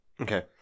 Okay